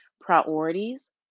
priorities